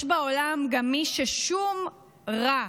יש בעולם גם מי ששום רע,